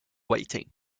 waiting